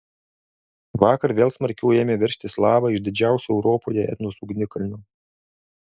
vakar vėl smarkiau ėmė veržtis lava iš didžiausio europoje etnos ugnikalnio